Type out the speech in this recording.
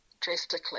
drastically